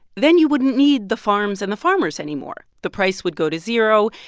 then you wouldn't need the farms and the farmers anymore. the price would go to zero,